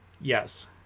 yes